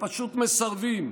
ופשוט מסרבים: